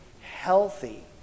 healthy